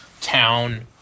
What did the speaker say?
town